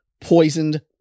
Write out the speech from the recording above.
poisoned